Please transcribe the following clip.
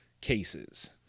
cases